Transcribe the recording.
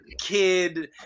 kid